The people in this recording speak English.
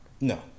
No